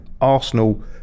Arsenal